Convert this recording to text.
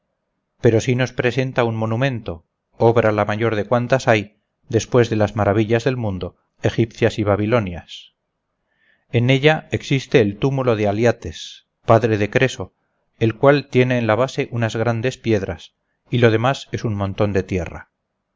pero sí nos presenta un monumento obra la mayor de cuantas hay después de las maravillas del mundo egipcias y babilonias en ella existe el túmulo de aliates padre de creso el cual tiene en la base unas grandes piedras y lo demás es un montón de tierra